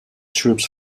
troops